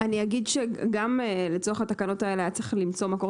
אני אגיד שגם לצורך התקנות האלה היה צריך למצוא מקור